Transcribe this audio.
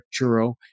churro